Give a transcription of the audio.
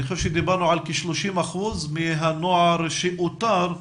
אני חושב שדיברנו על כ-30% מהנוער שאותר,